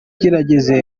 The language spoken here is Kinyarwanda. kirageze